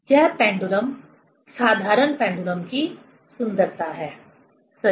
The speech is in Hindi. यह पेंडुलम साधारण पेंडुलम की सुंदरता है सही